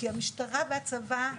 כי המשטרה והצבא,